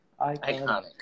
Iconic